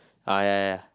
uh ya ya ya